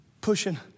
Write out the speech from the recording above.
pushing